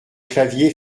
clavier